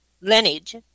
lineage